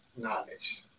Knowledge